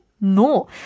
No